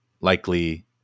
likely